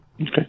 Okay